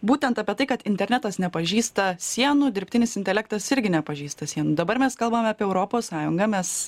būtent apie tai kad internetas nepažįsta sienų dirbtinis intelektas irgi nepažįsta sienų dabar mes kalbame apie europos sąjungą mes